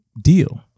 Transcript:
deal